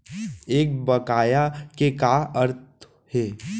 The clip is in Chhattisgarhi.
एक बकाया के का अर्थ हे?